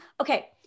okay